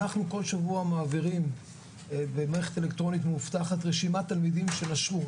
אנחנו כל שבוע מעבירים במערכת אלקטרונית מאובטחת רשימת תלמידים שנשרו,